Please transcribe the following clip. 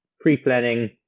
pre-planning